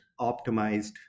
optimized